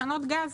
תחנות גז.